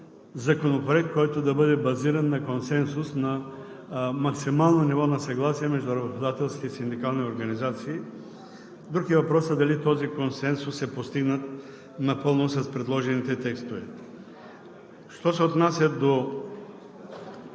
законопроект, който да бъде базиран на консенсус на максимално ниво на съгласие между двете синдикални организации. Друг е въпросът дали този консенсус е постигнат напълно с предложените текстове. Що се отнася до